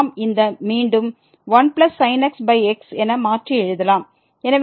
நாம் இந்த மீண்டும் 1sin x x என மாற்றி எழுதலாம்